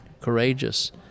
courageous